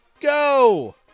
go